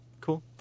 cool